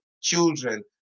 children